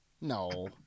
No